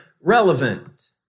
relevant